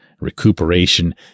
recuperation